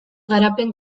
garapen